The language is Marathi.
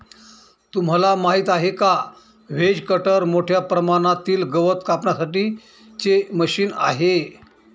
तुम्हाला माहिती आहे का? व्हेज कटर मोठ्या प्रमाणातील गवत कापण्यासाठी चे मशीन आहे